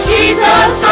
Jesus